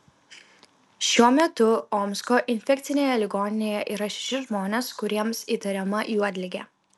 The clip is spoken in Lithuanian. šiuo metu omsko infekcinėje ligoninėje yra šeši žmonės kuriems įtariama juodligė